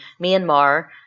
Myanmar